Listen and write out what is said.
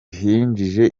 yinjije